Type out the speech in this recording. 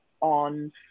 on